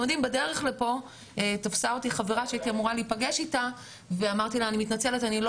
בדרך לפה תפסה אותי חברה שהייתי אמורה להיפגש איתה ואמרתי לה שאני לא